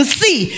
see